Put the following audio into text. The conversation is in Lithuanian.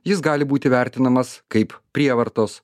jis gali būti vertinamas kaip prievartos